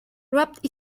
wrapped